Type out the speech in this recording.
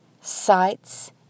sights